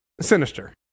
Sinister